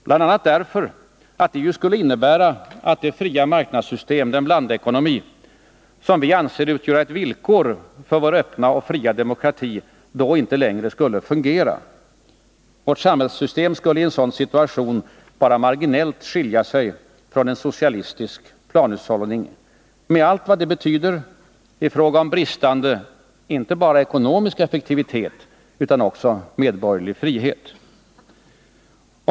bl.a. därför att det skulle innebära att det fria marknadssystem — den blandekonomi— som vi anser utgör ett villkor för vår öppna och fria demokrati då inte längre skulle kunna fungera. Vårt samhällssystem skulle i en sådan situation bara marginellt skilja sig från en socialistisk planekonomi, med allt vad det betyder i fråga om bristande inte bara ekonomisk effektivitet utan också medborgerlig frihet.